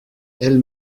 elle